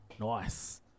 Nice